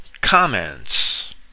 comments